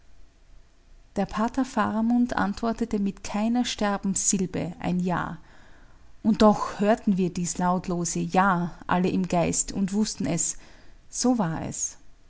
der pater faramund antwortete mit keiner sterbenssilbe ein ja und doch hörten wir dies lautlose ja alle im geist und wußten so war es